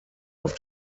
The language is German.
auf